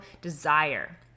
desire